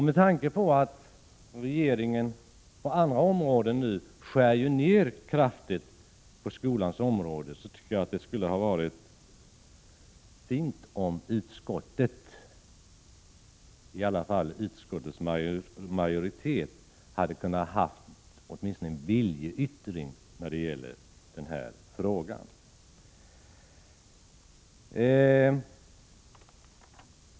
Med tanke på att regeringen nu skär ned kraftigt på anslagen på andra delar av skolans område tycker jag att det skulle ha varit fint om utskottets majoritet åtminstone hade kunnat redovisa en viljeyttring i den här frågan.